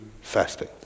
fasting